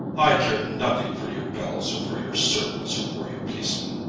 i care nothing for your bells, or for your servants, or for your policemen.